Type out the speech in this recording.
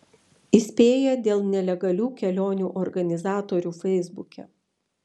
įspėja dėl nelegalių kelionių organizatorių feisbuke